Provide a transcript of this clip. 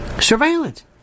surveillance